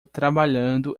trabalhando